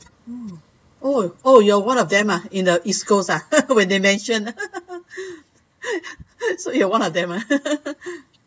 mm oh oh you are one of them ah in the east coast ah when they're mentioned so you're one of them ah